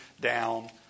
down